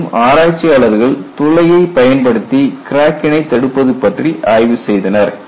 மேலும் ஆராய்ச்சியாளர்கள் துளையை பயன்படுத்தி கிராக்கினை தடுப்பது பற்றி ஆய்வு செய்தனர்